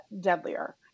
deadlier